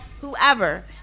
whoever